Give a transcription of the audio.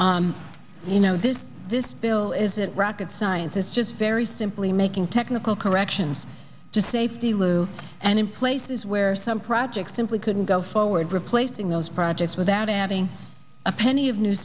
you know this this bill isn't rocket science it's just very simply making technical corrections to safety lou and in places where some projects simply couldn't go forward replacing those projects without adding a penny of new